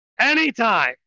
Anytime